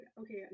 okay